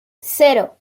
cero